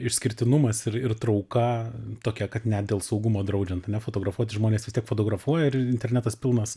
išskirtinumas ir ir trauka tokia kad net dėl saugumo draudžiant ane fotografuoti žmonės vis tiek fotografuoja ir internetas pilnas